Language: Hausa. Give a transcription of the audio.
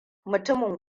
mutumin